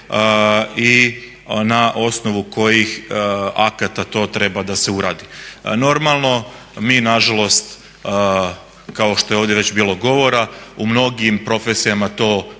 i na osnovu kojih akata to treba da se uradi. Normalno, mi na žalost kao što je ovdje već bilo govora u mnogim profesijama to nismo